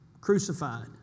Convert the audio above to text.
crucified